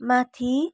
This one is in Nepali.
माथि